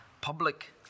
Public